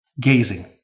gazing